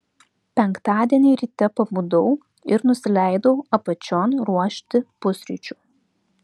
penktadienį ryte pabudau ir nusileidau apačion ruošti pusryčių